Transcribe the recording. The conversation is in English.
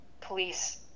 police